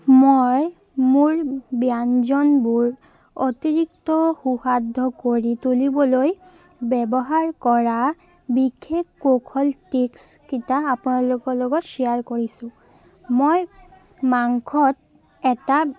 মই মোৰ ব্যঞ্জনবোৰ অতিৰিক্ত সুস্বাদু কৰি তুলিবলৈ ব্যৱহাৰ কৰা বিশেষ কৌশল টিক্সকেইটা আপোনালোকৰ লগত শ্বেয়াৰ কৰিছোঁ মই মাংসত এটা